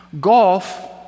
golf